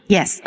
Yes